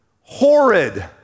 horrid